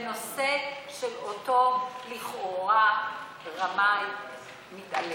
בנושא של אותו לכאורה רמאי מתעלל.